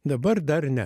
dabar dar ne